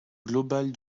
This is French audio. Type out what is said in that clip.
globale